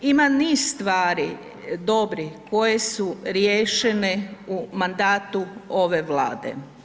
Ima niz stvari dobrih koje su riješene u mandatu ove Vlade.